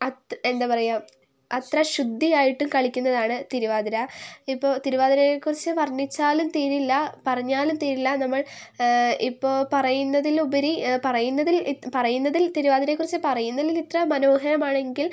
എന്താ പറയുക അത്ര ശുദ്ധിയായിട്ടും കളിക്കുന്നതാണ് തിരുവാതിര ഇപ്പോൾ തിരുവാതിരയെക്കുറിച്ച് വർണ്ണിച്ചാലും തീരില്ല പറഞ്ഞാലും തീരില്ല നമ്മൾ ഇപ്പോൾ പറയുന്നതിലുപരി പറയുന്നതിൽ പറയുന്നതിൽ തിരുവാതിരയെക്കുറിച്ച് പറയുന്നതിൽ ഇത്ര മനോഹരമാണെങ്കിൽ